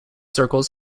circles